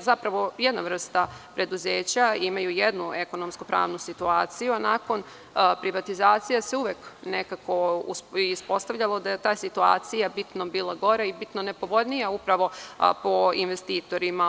zapravo jedna vrsta preduzeća imaju jednu ekonomsku pravnu situaciju, a nakon privatizacije se uvek ispostavljalo da je ta situacija bitno bila gora i bitno nepovoljnija po investitorima.